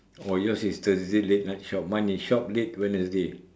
oh yours is Thursday late night shop mine is shop late Wednesday